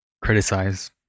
criticize